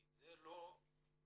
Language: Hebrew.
כי זה לא פוגע